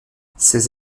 ses